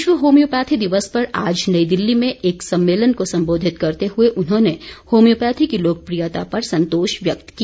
विश्व होम्योपैथी दिवस पर आज नई दिल्ली में एक सम्मेलन को सम्बोधित करते हुए उन्होंने होम्योपैथी की लोकप्रियता पर संतोष व्यक्त किया